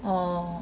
orh